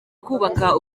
kubaka